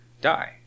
die